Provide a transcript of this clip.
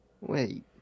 Wait